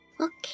Okay